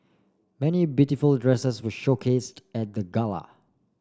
many beautiful dresses were showcased at the gala